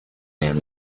man